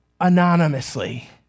anonymously